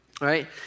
right